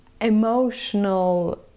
emotional